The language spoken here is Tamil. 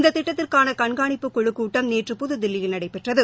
இந்த திட்டத்திற்கான கண்காணிப்புக் குழுக் கூட்டம் நேற்று புதுதில்லியில் நடைபெற்றது